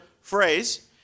phrase